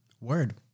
Word